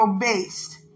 based